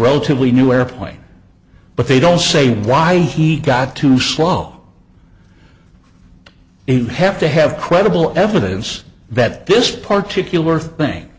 relatively new airplane but they don't say why he got to slow you have to have credible evidence that this particularly thing